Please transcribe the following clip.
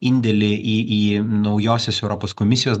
indėlį į į naujosios europos komisijos